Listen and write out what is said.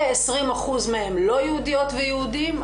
כ-20% מהם לא יהודיות ויהודים,